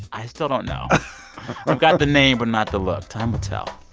i still don't know i've got the name but not the look. time will tell